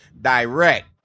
direct